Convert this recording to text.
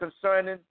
concerning